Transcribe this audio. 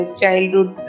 childhood